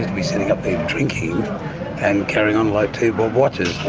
be sitting up there drinking and carrying on like two-bob watches,